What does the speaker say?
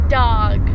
dog